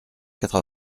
quatre